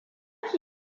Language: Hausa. ki